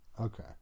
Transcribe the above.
Okay